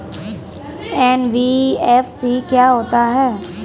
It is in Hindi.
एन.बी.एफ.सी क्या होता है?